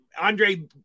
Andre